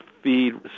feed